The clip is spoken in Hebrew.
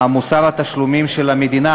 מוסר התשלומים של המדינה